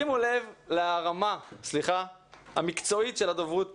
שימו לב לרמה המקצועית של הדוברות פה: